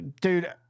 dude